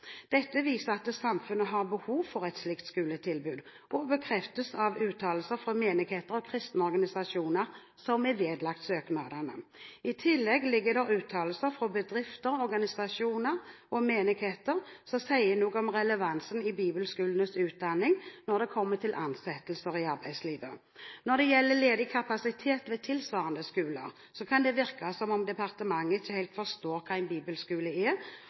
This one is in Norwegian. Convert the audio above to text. Dette viser at samfunnet har behov for et slikt skoletilbud, og det bekreftes av uttalelser fra menigheter og kristne organisasjoner som er vedlagt søknadene. I tillegg foreligger det uttalelser fra bedrifter, organisasjoner og menigheter som sier noe om relevansen i bibelskolenes utdanning når det kommer til ansettelser i arbeidslivet. Når det gjelder ledig kapasitet ved tilsvarende skoler, kan det virke som om departementet ikke helt forstår hva en bibelskole er